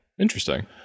Interesting